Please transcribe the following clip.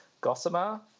Gossamer